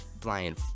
flying